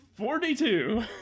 Forty-two